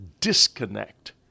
disconnect